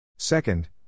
Second